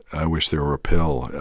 i wish there were a pill.